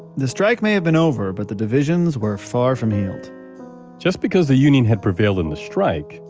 the strike may have been over, but the divisions were far from healed just because the union had prevailed in the strike,